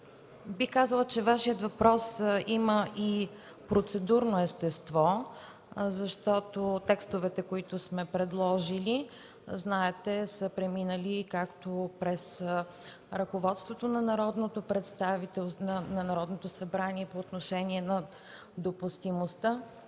Бих казала, че въпросът Ви има и процедурно естество, защото текстовете, които сме предложили, са преминали както през ръководството на Народното събрание по отношение на допустимостта,